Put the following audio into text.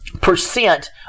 percent